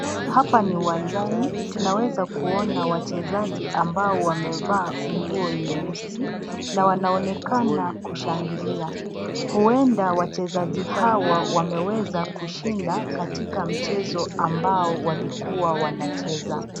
Hapa ni uwanjani, tunaweza kuona wachezaji ambao wamevaa nguo nyeusi, na wanaonekana kushangilia, uenda wachezaji hawa wameweza kushinda katika mchezo ambao walikuwa wakicheza.